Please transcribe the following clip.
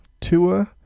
Tua